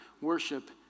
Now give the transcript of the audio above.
worship